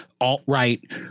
alt-right